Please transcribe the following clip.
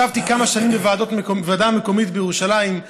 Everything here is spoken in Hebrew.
ישבתי כמה שנים בוועדה המקומית בירושלים,